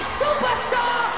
superstar